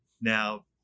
Now